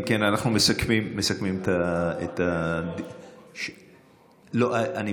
אם כן, אנחנו מסכמים את, לא, אני